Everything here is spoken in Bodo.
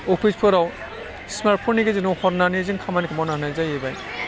अफिसफोराव स्मार्ट फननि गेजेरजोंनो हरनानै जों खामानिखौ मावनो हानाय जाहैबाय